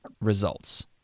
results